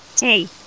hey